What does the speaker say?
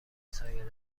سایه